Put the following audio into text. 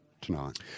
tonight